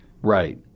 Right